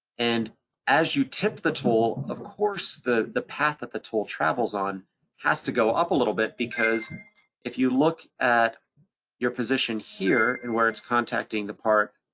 and as you tip the tool, of course, the the path that the tool travels on has to go up a little bit, because if you look at your position here and where it's contacting the part,